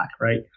right